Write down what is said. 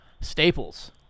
Staples